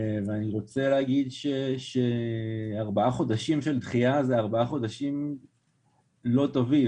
ואני רוצה להגיד שארבעה חודשים של דחייה זה ארבעה חודשים לא טובים.